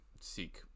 seek